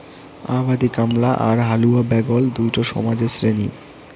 আবাদি কামলা আর হালুয়া ব্যাগল দুইটা সমাজের শ্রেণী